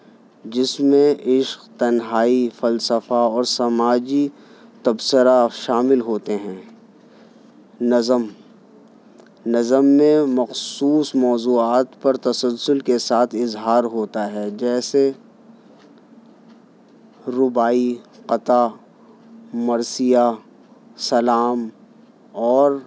جس میں عشق تنہائی فلسفہ اور سماجی تبصرہ شامل ہوتے ہیں نظم نظم میں مخصوص موضوعات پر تسلسل کے ساتھ اظہار ہوتا ہے جیسے رباعی قطعہ مرثیہ سلام اور